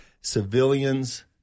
civilians